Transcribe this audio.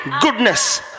goodness